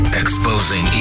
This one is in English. exposing